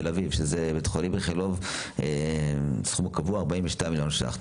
תל אביב שזה בית החולים איכלוב סכום קבוע: 42 מיליון שקלים.